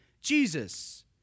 Jesus